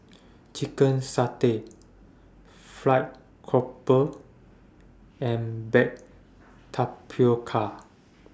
Chicken Satay Fried Grouper and Baked Tapioca